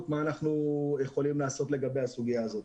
מה אנחנו יכולים לעשות לגבי הסוגיה הזאת.